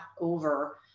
over